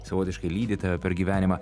savotiškai lydi tave per gyvenimą